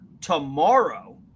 tomorrow